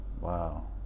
Wow